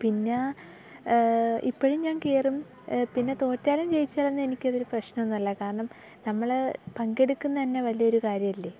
പിന്നെ ഇപ്പോഴും ഞാൻ കയറും പിന്നെ തോറ്റാലും ജയിച്ചാലൊന്നും എനിക്കതൊരു പ്രെശ്നമൊന്നുമല്ല കാരണം നമ്മൾ പങ്കെടുക്കുന്നതുതന്നെ വല്ല്യൊരു കാര്യമല്ലെ